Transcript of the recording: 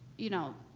you know,